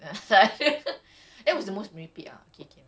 it's our like childhood